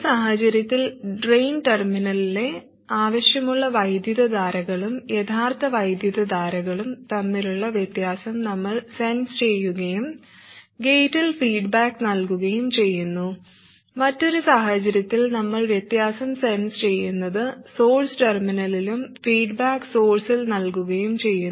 ഒരു സാഹചര്യത്തിൽ ഡ്രെയിൻ ടെർമിനലിലെ ആവശ്യമുള്ള വൈദ്യുതധാരകളും യഥാർത്ഥ വൈദ്യുതധാരകളും തമ്മിലുള്ള വ്യത്യാസം നമ്മൾ സെൻസ് ചെയ്യുകയും ഗേറ്റിൽ ഫീഡ്ബാക്ക് നൽകുകയും ചെയ്യുന്നു മറ്റൊരു സാഹചര്യത്തിൽ നമ്മൾ വ്യത്യാസം സെൻസ് ചെയ്യുന്നത് സോഴ്സ് ടെർമിനലിലും ഫീഡ്ബാക്ക് സോഴ്സിൽ നൽകുകയും ചെയ്യുന്നു